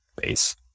base